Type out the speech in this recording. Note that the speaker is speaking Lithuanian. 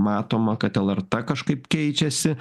matoma kad lrt kažkaip keičiasi